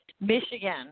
Michigan